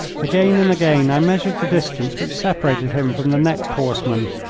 again and again i measured the distance which separated him from the next horseman.